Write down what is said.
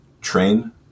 train